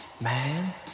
Man